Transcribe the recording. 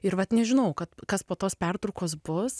ir vat nežinau kad kas po tos pertraukos bus